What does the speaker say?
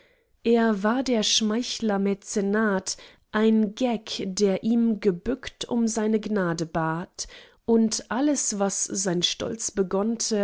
er war der schmeichler mäzenat ein geck der ihm gebückt um seine gnade bat und alles was sein stolz